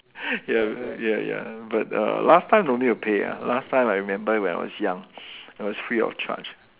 ya ya ya but uh last time don't need to pay ah last time I remember when I was young it was free of charge